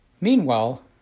Meanwhile